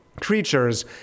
creatures